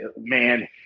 man